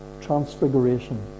transfiguration